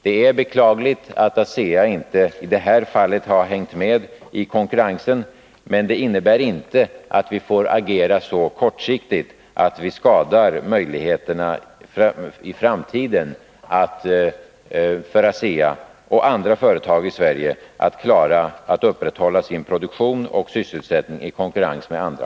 Det är beklagligt att ASEA i det här fallet inte har hängt med i konkurrensen, men det innebär inte att vi får agera så kortsiktigt, att vi 8 Riksdagens protokoll 1981/82:42-45 skadar möjligheterna i framtiden för ASEA och andra företag i Sverige att upprätthålla sin produktion och sysselsättning i konkurrens med andra.